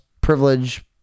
privilege